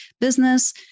business